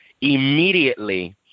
immediately